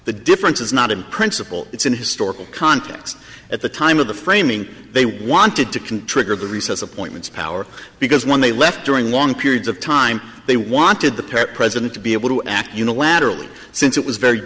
the difference is not in principle it's an historical context at the time of the framing they wanted to can trigger the recess appointments power because when they left during long periods of time they wanted the parrot president to be able to act unilaterally since it was very